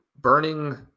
Burning